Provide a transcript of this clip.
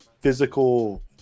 physical